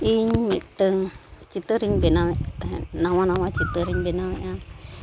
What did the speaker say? ᱤᱧ ᱢᱤᱫᱴᱟᱝ ᱪᱤᱛᱟᱹᱨᱤᱧ ᱵᱮᱱᱟᱣᱮᱫ ᱛᱟᱦᱮᱸᱫ ᱱᱟᱣᱟᱼᱱᱟᱣᱟ ᱪᱤᱛᱟᱹᱨᱤᱧ ᱵᱮᱱᱟᱣᱮᱫᱼᱟ